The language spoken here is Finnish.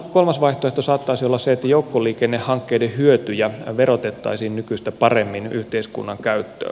kolmas vaihtoehto saattaisi olla se että joukkoliikennehankkeiden hyötyjä verotettaisiin nykyistä paremmin yhteiskunnan käyttöön